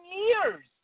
years